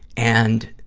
and,